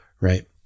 Right